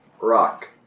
Rock